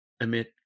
emit